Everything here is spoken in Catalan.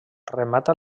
remata